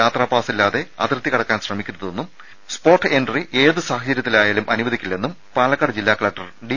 യാത്രാപാസില്ലാതെ അതിർത്തി കടക്കാൻ ശ്രമിക്കരുതെന്നും സ്പോട്ട് എൻട്രി ഏത് സാഹചര്യത്തിലായാലും അനുവദിക്കില്ലെന്നും പാലക്കാട് ജില്ലാ കലക്ടർ ഡി